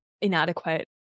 inadequate